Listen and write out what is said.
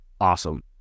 awesome